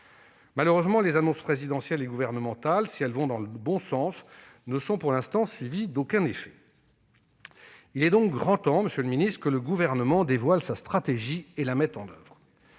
Malheureusement, si les annonces présidentielles et gouvernementales vont dans le bon sens, elles ne sont suivies d'aucun effet. Il est donc grand temps, monsieur le ministre, que le Gouvernement dévoile sa stratégie et la mette en oeuvre.